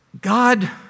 God